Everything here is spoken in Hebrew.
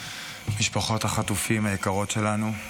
משפחות החטופים היקרות שלנו,